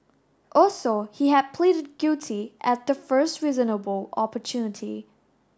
also he had pleaded guilty at the first reasonable opportunity